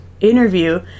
interview